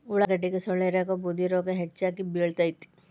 ಉಳಾಗಡ್ಡಿಗೆ ಸೊಳ್ಳಿರೋಗಾ ಬೂದಿರೋಗಾ ಹೆಚ್ಚಾಗಿ ಬಿಳತೈತಿ